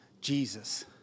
Jesus